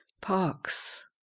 parks